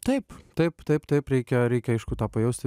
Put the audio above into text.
taip taip taip taip reikia reikia aišku tą pajausti